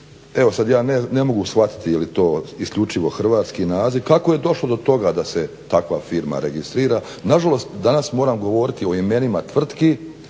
Evo sad ja ne mogu shvatiti je li to isključivo hrvatski naziv, kako je došlo do toga da se takva firma registrira? Nažalost danas moram govoriti o imenima tvrtki